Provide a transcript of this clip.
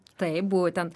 taip būtent